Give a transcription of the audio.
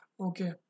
Okay